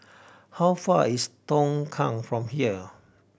how far is Tongkang from here